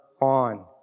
on